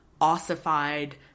ossified